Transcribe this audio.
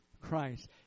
Christ